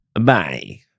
Bye